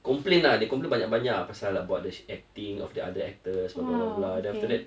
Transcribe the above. complain lah they complain banyak banyak about the acting of the other actors or blah blah blah then after that